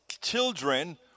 children